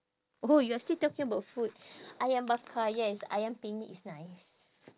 oh you are still talking about food ayam bakar yes ayam penyet is nice